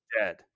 dead